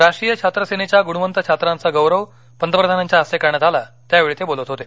राष्ट्रीय छात्र सेनेच्या गुणवंत छात्रांचा गौरव पंतप्रधानांच्या हस्ते करण्यात आला त्यावेळी ते बोलत होते